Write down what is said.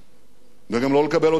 וגם לא לקבל אותם כאזרחים.